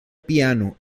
piano